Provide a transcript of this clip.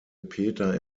peter